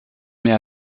mets